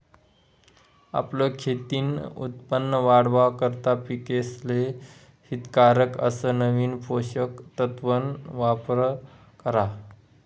आपलं खेतीन उत्पन वाढावा करता पिकेसले हितकारक अस नवीन पोषक तत्वन वापर करा